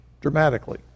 dramatically